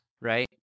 right